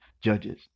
Judges